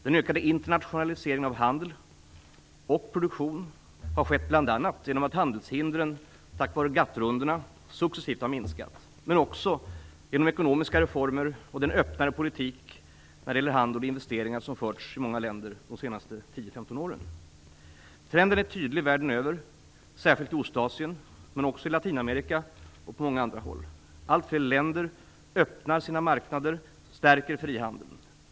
Den ökade internationaliseringen av handel och produktion har skett bl.a. genom att handelshindren, tack vare GATT-rundorna, succesivt har minskat. Den har också kunnat ske genom ekonomiska reformer och den öppnare politik i fråga om handel och investeringar som förts i många länder under de senaste 10 Trenden är tydlig världen över, särskilt i Ostasien, men också i Latinamerika och på många andra håll. Allt fler länder öppnar sina marknader och stärker frihandeln.